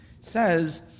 says